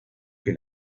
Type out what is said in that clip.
que